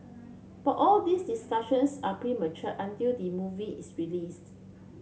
but all these discussions are premature until the movie is releases